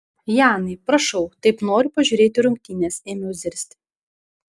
janai prašau taip noriu pažiūrėti rungtynes ėmiau zirzti